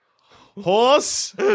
horse